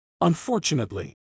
Unfortunately